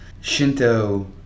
Shinto